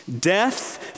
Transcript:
Death